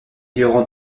durant